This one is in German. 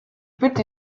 bitte